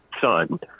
son